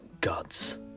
gods